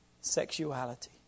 sexuality